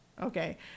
Okay